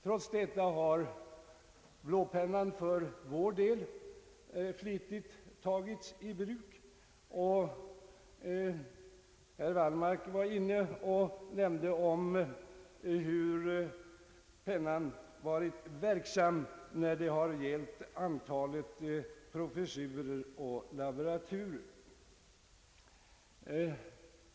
Trots detta har blåpennan för vår del flitigt tagits i bruk. Herr Wallmark nämnde hur pennan också varit verksam när det har gällt antalet inrättade professurer och laboraturer.